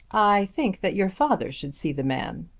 i think that your father should see the man.